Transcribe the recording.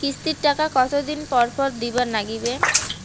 কিস্তির টাকা কতোদিন পর পর দিবার নাগিবে?